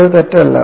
അത് തെറ്റല്ല